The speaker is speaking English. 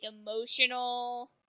emotional